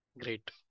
Great